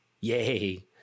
yay